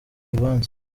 rubanza